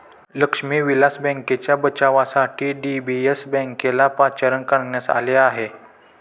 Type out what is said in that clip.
लक्ष्मी विलास बँकेच्या बचावासाठी डी.बी.एस बँकेला पाचारण करण्यात आले आहे